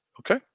Okay